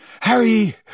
harry